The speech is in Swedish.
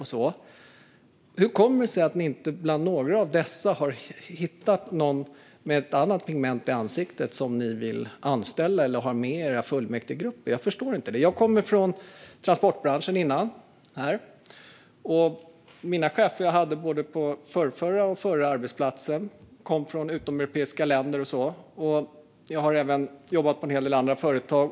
Hur kommer det sig att ni inte bland några av dessa har hittat någon med ett annat pigment i ansiktet som ni vill anställa eller ha med i era fullmäktigegrupper? Jag förstår inte det. Jag kommer från transportbranschen. De chefer jag hade på både min förra och förrförra arbetsplats kom från utomeuropeiska länder. Jag har även jobbat på en hel del andra företag.